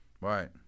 Right